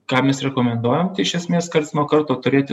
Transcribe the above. ką mes rekomenduojam tai iš esmės karts nuo karto turėti